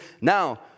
now